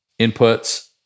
inputs